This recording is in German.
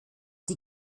die